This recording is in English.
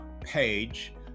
page